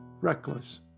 reckless